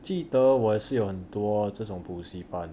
记得我也是有很多这种补习班